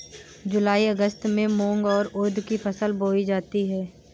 जूलाई अगस्त में मूंग और उर्द की फसल बोई जाती है